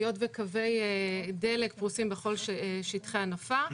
היות וקווי דלק פרוסים בכל שטחי הנפה.